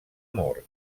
mort